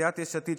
סיעת יש עתיד,